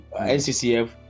NCCF